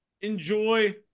enjoy